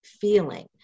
feeling